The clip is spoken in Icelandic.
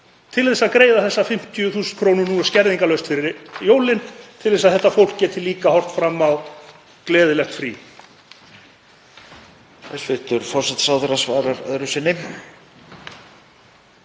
til þess að greiða þessar 50.000 kr. út skerðingarlaust fyrir jólin svo þetta fólk geti líka horft fram á gleðilegt frí?